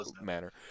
manner